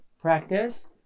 Practice